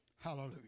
Hallelujah